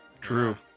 True